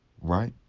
right